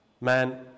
man